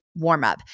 warmup